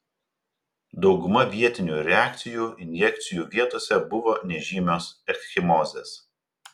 dauguma vietinių reakcijų injekcijų vietose buvo nežymios ekchimozės